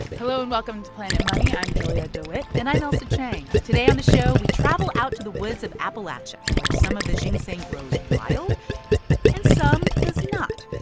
hello, and welcome to planet money. i'm julia dewitt and i'm ailsa chang. today on the show, we travel out to the woods of appalachia, where some of the ginseng grows wild and some does not.